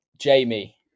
Jamie